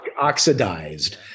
oxidized